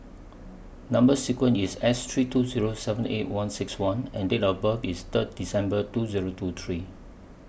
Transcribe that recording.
Number sequence IS S three two Zero seven eight one six one and Date of birth IS Third December two Zero two three